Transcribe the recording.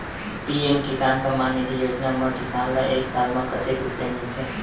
PM Kisan Samman Nidhi Yojana म किसान ल एक साल म कतेक रुपिया मिलथे?